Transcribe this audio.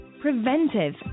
preventive